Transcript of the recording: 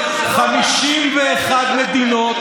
51 מדינות